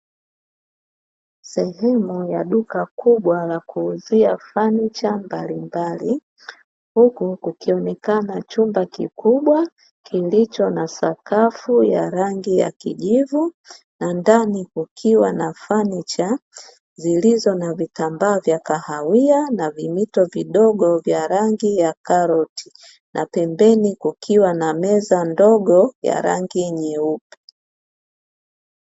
Sehemu ya duka kubwa la kuuzia fanicha mbalimbali, huku kukionekana chumba kikubwa kilicho na sakafu ya rangi ya Kijivu, na ndani kukiwa na fanicha zilizo na vitambaa vya kahawia, na vimito vidogo vya rangi ya Karoti na pembeni kukiwa na meza ndogo ya rangi Nyeupe.